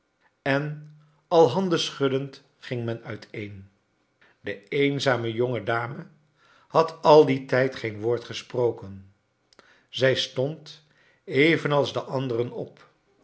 en al handen schuddend ging men uiteen de eenzame jonge dame had al dien tijd gecn woord gesproken zij stond evenals de anderen op